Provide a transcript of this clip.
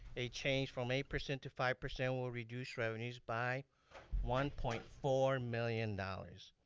a change from eight percent to five percent will reduce revenues by one point four million dollars.